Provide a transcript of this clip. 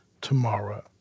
tomorrow